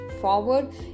forward